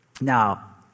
Now